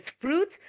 fruit